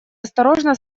осторожно